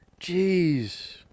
Jeez